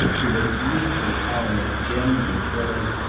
with its leafy coronet gemmed with villas,